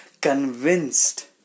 convinced